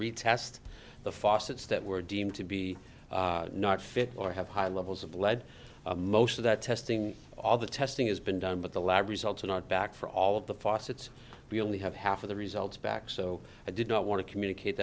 retest the faucets that were deemed to be not fit or have high levels of lead most of that testing all the testing has been done but the lab results are not back for all of the faucets we only have half of the results back so i did not want to communicate